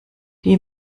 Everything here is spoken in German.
die